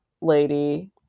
lady